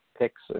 picks